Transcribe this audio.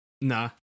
Nah